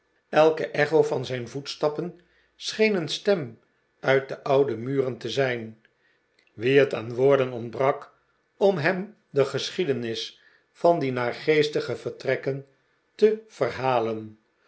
elke echo van zijn voetstappen scheen een stem uit de oude muren te zijn wie het aan woorden ontbrak om hem de geschiedenis van die naargeestige vertrekken te verhaien